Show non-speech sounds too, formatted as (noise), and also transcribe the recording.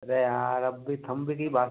अरे यार अब भी थम (unintelligible) बाद में